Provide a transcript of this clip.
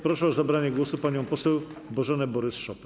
Proszę o zabranie głosu panią poseł Bożenę Borys-Szopę.